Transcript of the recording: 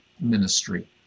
ministry